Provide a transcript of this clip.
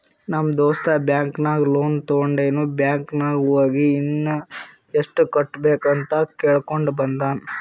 ನಮ್ ದೋಸ್ತ ಬ್ಯಾಂಕ್ ನಾಗ್ ಲೋನ್ ತೊಂಡಿನು ಬ್ಯಾಂಕ್ ನಾಗ್ ಹೋಗಿ ಇನ್ನಾ ಎಸ್ಟ್ ಕಟ್ಟಬೇಕ್ ಅಂತ್ ಕೇಳ್ಕೊಂಡ ಬಂದಾನ್